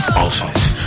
ultimate